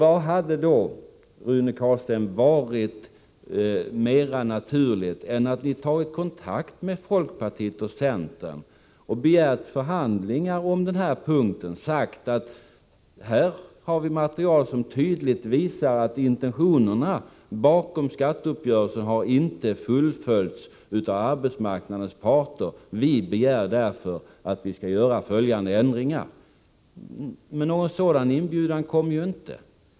Vad hade då, Rune Carlstein, varit mer naturligt än att ni tagit kontakt med folkpartiet och centern, begärt förhandlingar om denna punkt och sagt: Här har vi material som tydligt visar att intentionerna bakom skatteuppgörelsen inte har fullföljts av arbetsmarknadens parter. Vi begär därför följande ändringar. — Men någon sådan inbjudan kom inte.